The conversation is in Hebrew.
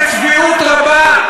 בצביעות רבה,